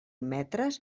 metres